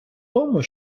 тому